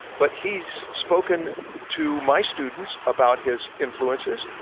but he's spoken to my students about his influences,